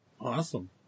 Awesome